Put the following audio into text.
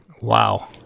Wow